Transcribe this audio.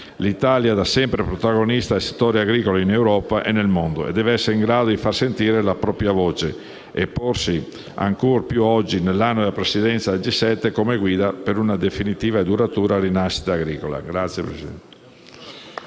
L'Italia è da sempre protagonista del settore agricolo in Europa e nel mondo e deve essere in grado di far sentire la propria voce e porsi, ancor più nell'anno di presidenza del G7, come guida per una definitiva e duratura rinascita agricola.